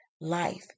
life